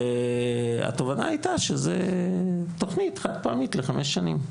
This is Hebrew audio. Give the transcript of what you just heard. והתובנה היתה שזו תכנית חד פעמית לחמש שנים.